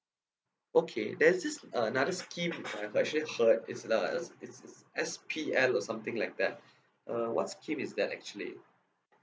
okay there's this uh another scheme uh I've actually heard it's uh it's it's S_P_L or something like that uh what scheme is that actually